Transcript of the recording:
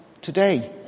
today